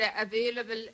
available